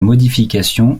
modification